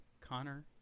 Connor